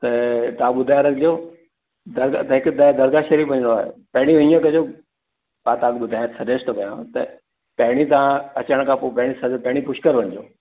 त तव्हां ॿुधाए रखिजो त हिकु त दरगाह शरीफ़ ईंदो आहे पहिरीं हीअं कजो मां तव्हांखे ॿुधायां थो सजेस्ट थो कयांव त पहिरीं तव्हां अचण खां पोइ पहिरीं पुष्कर वञिजो